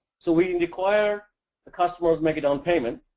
so we require the costumers make a downpayment.